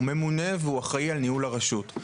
הוא ממונה והוא אחראי על ניהול הרשות,